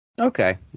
Okay